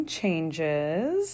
changes